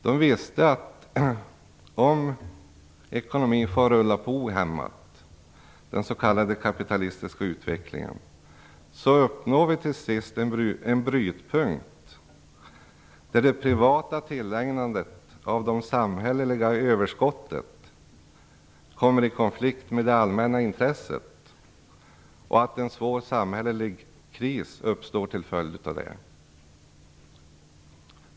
De visste att om ekonomin får rulla på ohämmat - den s.k. kapitalistiska utvecklingen - uppnår vi till sist en brytpunkt där det privata tillägnandet av det samhälleliga överskottet kommer i konflikt med det allmänna intresset, och till följd av detta uppstår det en svår samhällelig kris.